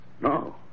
No